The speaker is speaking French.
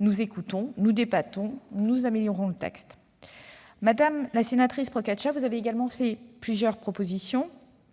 Nous écoutons, nous débattons et nous améliorons le texte. Madame le rapporteur, vous avez également émis des propositions.